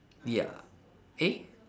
ya eh